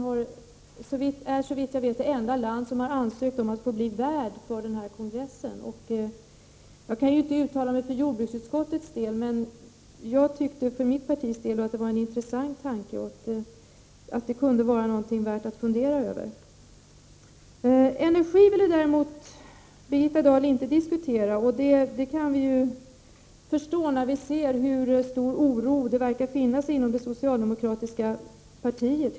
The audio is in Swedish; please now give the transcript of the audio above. Såvitt jag vet är Brasilien det enda land som har ansökt om att få stå som värd för denna konferens. Jag kan inte uttala mig för jordbruksutskottet, men jag tycker att det är en intressant tanke och någonting värt att fundera över. Energin ville Birgitta Dahl däremot inte diskutera. Det kan vi förstå, när vi ser hur stor oro som verkar finnas inom det socialdemokratiska partiet.